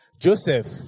Joseph